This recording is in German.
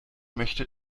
möchte